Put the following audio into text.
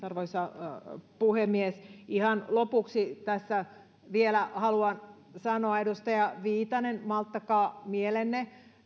arvoisa herra puhemies ihan lopuksi tässä vielä haluan sanoa edustaja viitanen malttakaa mielenne